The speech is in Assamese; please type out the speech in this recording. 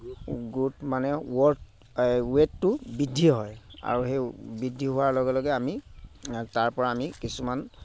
ৱেটটো বৃদ্ধি হয় আৰু সেই বৃদ্ধি হোৱাৰ লগে লগে আমি তাৰপৰা আমি কিছুমান